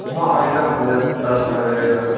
हँ हँ एकदम भऽ जायत दस पन्द्रह दिनमे एकदम